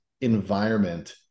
environment